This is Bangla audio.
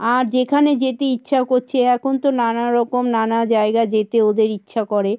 আর যেখানে যেতে ইচ্ছা করছে এখন তো নানারকম নানা জায়গা যেতে ওদের ইচ্ছা করে